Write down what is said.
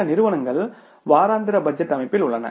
சில நிறுவனங்கள் வாராந்திர பட்ஜெட் அமைப்பில் உள்ளன